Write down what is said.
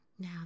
Now